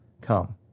come